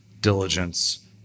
diligence